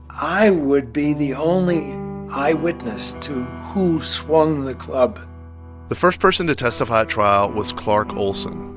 i would be the only eyewitness to who swung the club the first person to testify at trial was clark olsen,